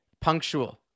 punctual